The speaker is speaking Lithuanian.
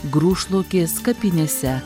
grūšlaukės kapinėse